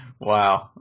Wow